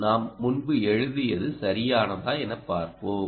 நாம் முன்பு எழுதியது சரியானதா எனப் பார்ப்போம்